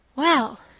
well!